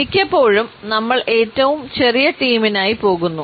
മിക്കപ്പോഴും നമ്മൾ ഏറ്റവും ചെറിയ ടീമിനായി പോകുന്നു